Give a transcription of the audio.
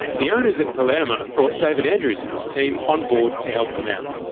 the owners at palermo brought david andrews and his team on board to help them out.